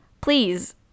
Please